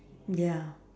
ya